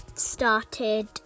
started